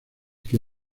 que